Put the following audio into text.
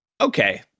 Okay